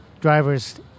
drivers